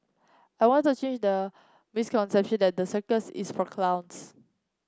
I want to change the misconception that the circus is for clowns